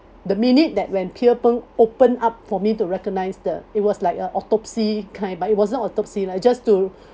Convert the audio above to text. the minute that when pierre png open up for me to recognise the it was like uh autopsy kind but it wasn't autopsy lah just to